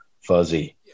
fuzzy